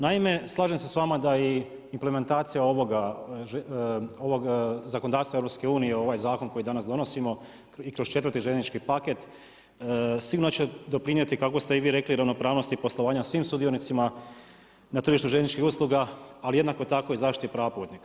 Naime, slažem se s vama da je i implementacija ovog zakonodavstva EU, ovaj zakon koji danas donosimo i kroz 4.-ti željeznički paket sigurno će doprinijeti kako ste i vi rekli ravnopravnosti poslovanja svih sudionicima na tržištu željezničkih usluga ali jednako tako i zaštiti prava putnika.